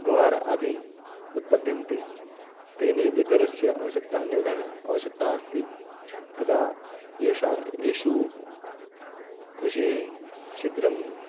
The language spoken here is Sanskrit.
ग्वार आदि उत्पद्यन्ते तेनैव जलस्य आवश्यकता न्यूना आवश्यकता अस्ति तदा एषा एषु कृषिः शीघ्रं